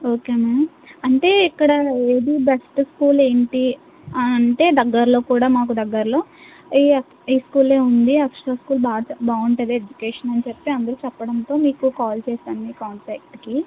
okay ma'am అంటే ఇక్కడ ఏది బెస్ట్ స్కూల్ ఏంటి అని అంటే దగ్గరలో కూడా మాకు దగ్గరలో ఈ ఒక్క ఈ స్కూలే ఉంది అక్షర స్కూల్ బా బాగుంటుంది ఎడ్యుకేషన్ అని చెప్పి అందరూ చెప్పడంతో మీకు కాల్ చేసాను మీ కాంటాక్ట్కి